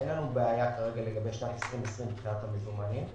אין לנו בעיה כרגע לגבי שנת 2020 מבחינת המזומנים.